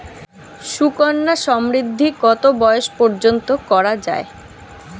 সুকন্যা সমৃদ্ধী কত বয়স পর্যন্ত করা যায়?